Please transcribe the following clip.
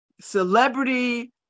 celebrity